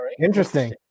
Interesting